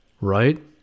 right